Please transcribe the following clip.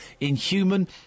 inhuman